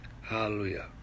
Hallelujah